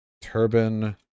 Turban